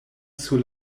sur